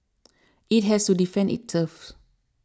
it has to defend it turf